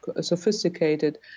sophisticated